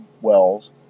wells